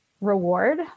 reward